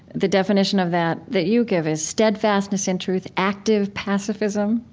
the definition of that that you give is steadfastness in truth, active pacifism,